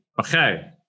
Okay